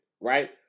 right